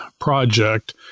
project